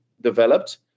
developed